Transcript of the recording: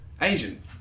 Asian